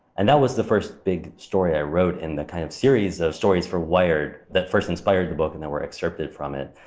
and that was the first big story i wrote in the kind of series of stories for wired that first inspired book and that were excerpted from it,